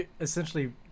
essentially